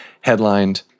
headlined